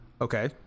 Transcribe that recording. Okay